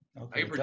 okay